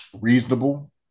reasonable